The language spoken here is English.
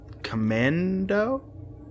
Commando